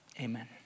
amen